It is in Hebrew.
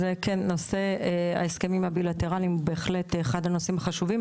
נושא ההסכמים הבילטרליים בהחלט אחד הנושאים החשובים,